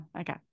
okay